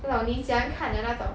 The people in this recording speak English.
那种你喜欢看的那种天舞